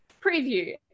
preview